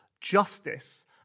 justice